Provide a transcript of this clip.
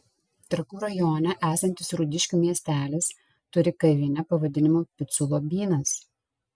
trakų rajone esantis rūdiškių miestelis turi kavinę pavadinimu picų lobynas